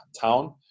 town